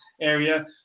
area